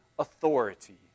authority